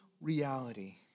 reality